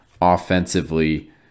offensively